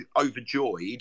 overjoyed